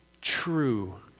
true